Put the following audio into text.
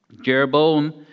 Jeroboam